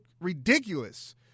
ridiculous